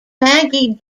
maggie